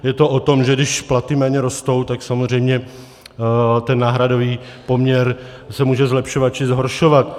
Je to o tom, že když platy méně rostou, tak samozřejmě ten náhradový poměr se může zlepšovat či zhoršovat.